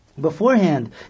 beforehand